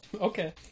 Okay